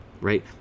right